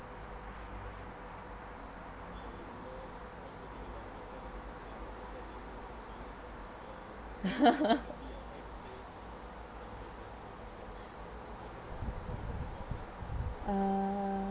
uh